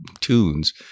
tunes